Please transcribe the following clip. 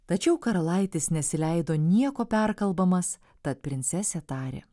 tačiau karalaitis nesileido nieko perkalbamas tad princesė tarė